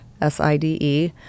s-i-d-e